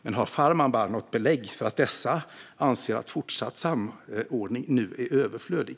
Men har Farmanbar något belägg för att dessa anser att fortsatt samordning nu är överflödig?